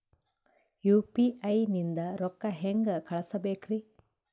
UPI ನಿಂದ ರೊಕ್ಕ ಹೆಂಗ ಕಳಸಬೇಕ್ರಿ?